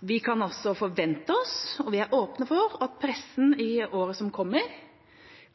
Vi kan også forvente oss – og vi er åpne for – at pressen i året som kommer,